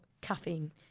caffeine